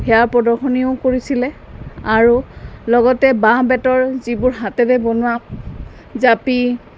সেয়া প্ৰদৰ্শনীও কৰিছিলে আৰু লগতে বাঁহ বেতৰ যিবোৰ হাতেৰে বনোৱা জাপি